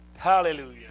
Hallelujah